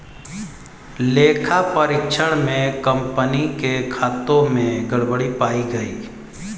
लेखा परीक्षण में कंपनी के खातों में गड़बड़ी पाई गई